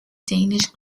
danish